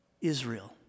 Israel